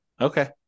Okay